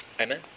Amen